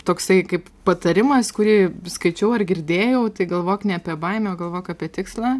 toksai kaip patarimais kurį skaičiau ar girdėjau tai galvok ne apie baimę galvok apie tikslą